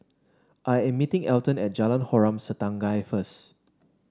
I am meeting Elton at Jalan Harom Setangkai first